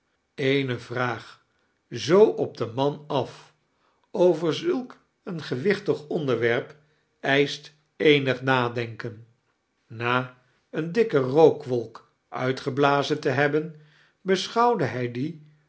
eene vraag zoo op den man af over zulk een gewichtig onderwerp eischte eenig nadenken na een dikfee rookwolk uitgeblazen te hebben beschouwde hij die